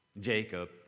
Jacob